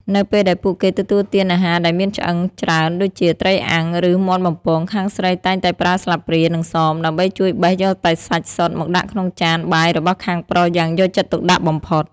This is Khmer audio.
នៅពេលដែលពួកគេទទួលទានអាហារដែលមានឆ្អឹងច្រើនដូចជាត្រីអាំង ឬមាន់បំពង ខាងស្រីតែងតែប្រើស្លាបព្រា និងសម ដើម្បីជួយបេះយកតែសាច់សុទ្ធមកដាក់ក្នុងចានបាយរបស់ខាងប្រុសយ៉ាងយកចិត្តទុកដាក់បំផុត។